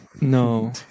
no